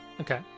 Okay